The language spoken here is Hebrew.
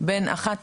בין אחת